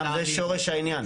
זה שורש העניין.